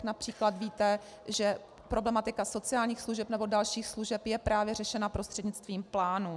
Například víte, že problematika sociálních služeb nebo dalších služeb je právě řešena prostřednictvím plánu.